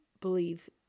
believe